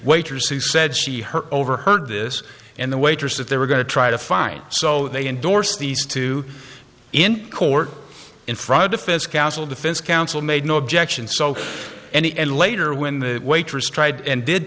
waitress who said she heard overheard this and the waitress that they were going to try to find so they endorse these two in court in front of defense counsel defense counsel made no objection so any and later when the waitress tried and did